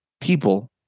People